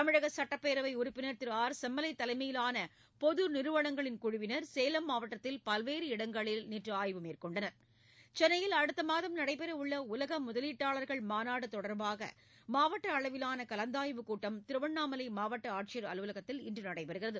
தமிழக சட்டப்பேரவை உறுப்பினர் திரு ஆர் செம்மலை தலைமையிலான பொது நிறுவனங்களின் குழுவினர் சேலம் மாவட்டத்தில் பல்வேறு இடங்களில் ஆய்வு நேற்று மேற்கொண்டனர் சென்னையில் அடுத்த மாதம் நடைபெறவுள்ள உலக முதலீட்டாளர்கள் மாநாடு தொடர்பாக மாவட்ட அளவிலாள கலந்தாய்வுக் கூட்டம் திருவண்ணாமலை மாவட்ட ஆட்சியர் அலுவலகத்தில் இன்று நடைபெறுகிறது